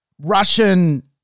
Russian